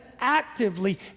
actively